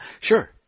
sure